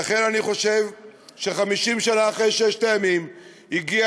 לכן אני חושב ש-50 שנה אחרי ששת הימים הגיע